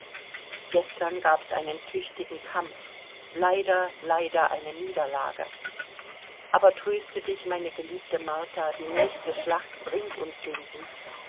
gestern gab's einen tüchtigen kampf leider leider eine niederlage aber tröste dich meine geliebte martha die nächste schlacht bringt uns den sieg